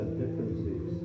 differences